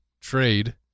trade